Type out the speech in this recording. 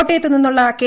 കോട്ടയത്തുനിന്നുള്ള K